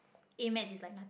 A-maths is like